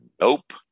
Nope